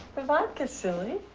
the vodka, silly.